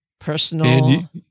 personal